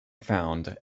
found